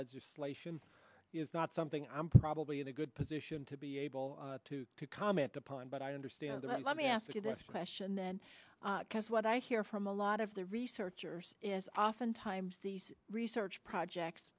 legislation is not something i'm probably in a good position to be able to comment upon but i understand that let me ask you this question then because what i hear from a lot of the researchers is oftentimes these research projects